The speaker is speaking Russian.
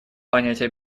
понятие